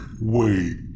wait